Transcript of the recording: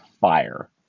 fire